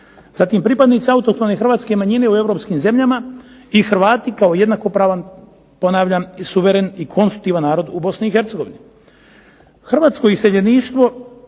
Zatim pripadnici hrvatske autohtone manjine u europskim zemljama i Hrvati kao jednakopravan ponavljam suveren i konstitutivan narod u Bosni i Hercegovini.